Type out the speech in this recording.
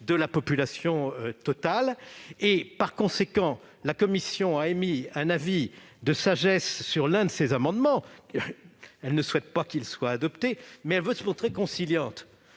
de la population. Par conséquent, la commission a émis un avis de sagesse sur l'un de ces amendements ; elle ne souhaite pas que celui-ci soit adopté, mais elle entend se montrer conciliante.